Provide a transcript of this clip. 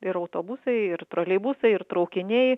ir autobusai ir troleibusai ir traukiniai